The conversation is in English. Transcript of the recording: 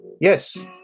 Yes